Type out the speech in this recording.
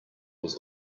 was